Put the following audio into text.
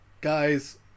guys